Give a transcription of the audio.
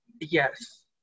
Yes